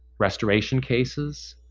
restoration cases,